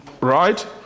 right